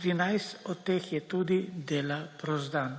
13 od teh je tudi dela prost dan.